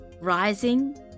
rising